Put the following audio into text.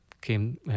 came